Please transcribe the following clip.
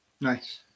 Nice